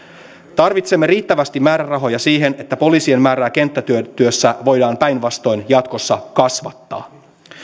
tarvitsemme riittävästi määrärahoja siihen että poliisien määrää kenttätyössä voidaan päinvastoin jatkossa kasvattaa